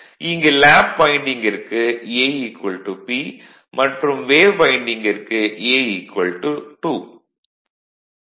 இங்கு லேப் வைண்டிங்கிற்கு A P மற்றும் வேவ் வைண்டிங்கிற்கு A 2